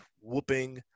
whooping